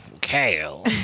Kale